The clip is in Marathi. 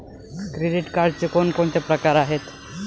क्रेडिट कार्डचे कोणकोणते प्रकार आहेत?